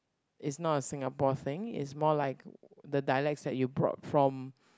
is not a Singapore thing is more like the dialect that you brought from